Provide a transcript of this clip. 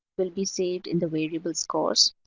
will be saved in the variable scores.